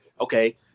okay